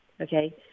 Okay